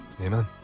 Amen